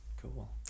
Cool